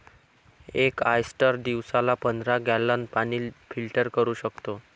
एक ऑयस्टर दिवसाला पंधरा गॅलन पाणी फिल्टर करू शकतो